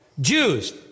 Jews